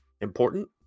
important